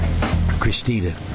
Christina